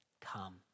Come